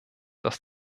dass